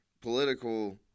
political